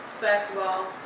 basketball